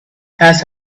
has